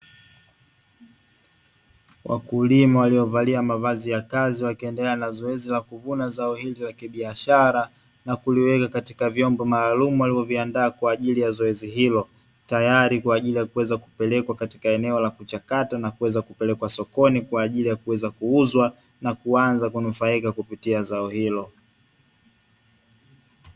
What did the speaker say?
Wakulima waliovalia mavazi ya kazi wakiendelea na zoezi la kuvuna zao hili la kibiashara na kuliweka katika vyombo maalumu walivyoviandaa kwa ajili ya zoezi hilo; tayari kwa ajili ya kuweza kupelekwa katika eneo la kuchakata na kuweza kupelekwa sokoni kwa ajili ya kuweza kuuzwa na kuanza kunufaika kupitia zao hilo.